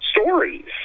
stories